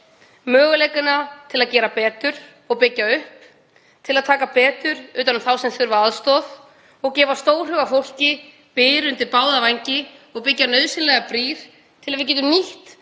möguleikana til að gera betur og byggja upp, til að taka betur utan um þá sem þurfa aðstoð og gefa stórhuga fólki byr undir báða vængi og byggja nauðsynlegar brýr til að við getum nýtt